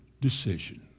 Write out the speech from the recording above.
decision